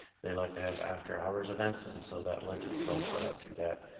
they like to have after hours events, and so that lent itself to that